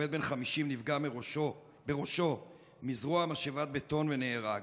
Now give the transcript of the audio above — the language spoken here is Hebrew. עובד בן 50 נפגע בראשו מזרוע משאבת בטון ונהרג,